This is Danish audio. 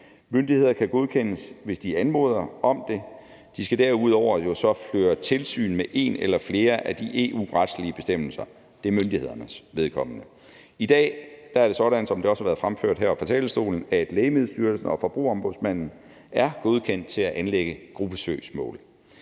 Myndigheder kan godkendes, hvis de anmoder om det. De skal derudover jo så føre tilsyn med en eller flere af de EU-retlige bestemmelser – det gælder for myndighedernes vedkommende. I dag er det sådan, som det også har været fremført heroppe fra talerstolen, at Lægemiddelstyrelsen og Forbrugerombudsmanden er godkendt til at anlægge gruppesøgsmål.